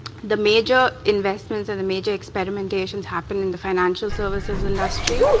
the major investments and the major experimentations happen in the financial services industry,